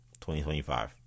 2025